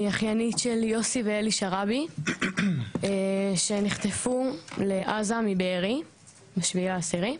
אני אחיינית של יוסי ואלי שרעבי שנחטפו לעזה מבארי ב-7.10.